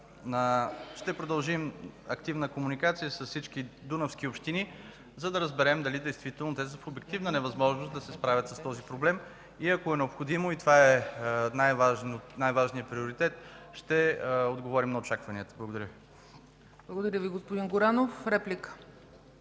Ще продължим активна комуникация с всички дунавски общини, за да разберем дали действително те са в обективна невъзможност да се справят с този проблем и ако е необходимо и това е най-важният приоритет, ще отговорим на очакванията. Благодаря. ПРЕДСЕДАТЕЛ ЦЕЦКА ЦАЧЕВА: Благодаря Ви, господин Горанов. ИВАН П.